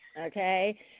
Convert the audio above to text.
okay